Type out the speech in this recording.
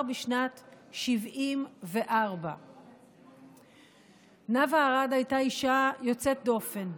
בשנת 1974. נאוה ארד הייתה אישה יוצאת דופן.